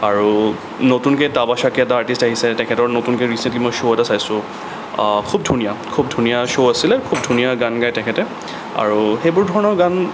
আৰু নতুনকৈ টাৱাচাকি এটা আৰ্টিষ্ট আহিছে তেখেতৰ নতুনকৈ ৰিচেণ্টলি মই শ্ব' এটা চাইছোঁ খুব ধুনীয়া খুব ধুনীয়া শ্ব' আছিলে খুব ধুনীয়া গান গাই তেখেতে আৰু সেইবোৰ ধৰণৰ গান